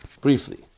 briefly